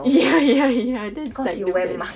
ya ya ya that's like the best